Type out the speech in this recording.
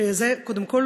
שזה קודם כול,